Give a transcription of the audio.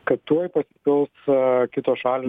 kad tuoj puls kitos šalys